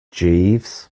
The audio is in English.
jeeves